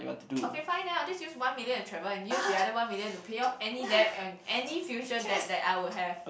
okay fine then I'll just use one million to travel and use the other one million to pay off any debt and any future debt that I would have